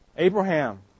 Abraham